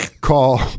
call